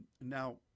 Now